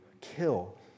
kill